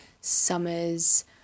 Summer's